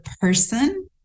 person